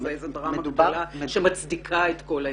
זאת איזו דרמה גדולה שמצדיקה את כל העניין.